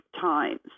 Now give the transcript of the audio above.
times